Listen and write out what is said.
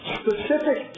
specific